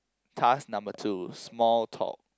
task number two small talk